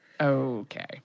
Okay